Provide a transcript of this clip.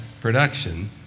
production